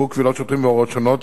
בירור קבילות שוטרים והוראות שונות),